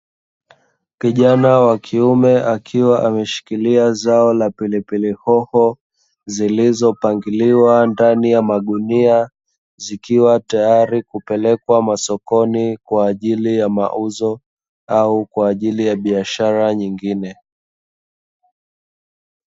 Kijana wa kiume akiwa ameshikilia zao la pilipili hoho zilizopangiliwa ndani ya maguni, zikiwa tayari kupelekwa sokoni kwa ajili ya mauzo au kwa ajili ya biashara nyingine.